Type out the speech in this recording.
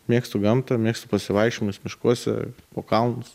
mėgstu gamtą mėgstu pasivaikščiojimus miškuose po kalnus